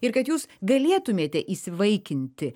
ir kad jūs galėtumėte įsivaikinti